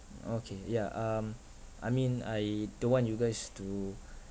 okay ya um I mean I don't want you guys to